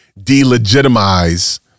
delegitimize